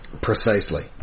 Precisely